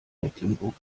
mecklenburg